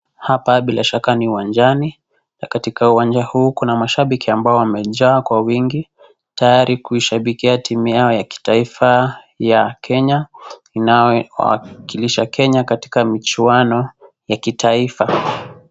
Hapa bila shaka ni uwanjani na katika uwanja huu, kuna mashabiki ambao wamejaa kwa wingi tayari kuishabikia timu yao ya kitaifa ya Kenya, inayowakilisha Kenya katika mchwano ya kitaifa.